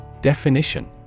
DEFINITION